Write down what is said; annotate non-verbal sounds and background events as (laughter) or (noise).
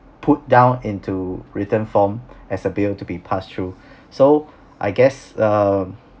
put down into written form as a bill to be passed through (breath) so I guess um